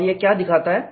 और यह क्या दिखाता है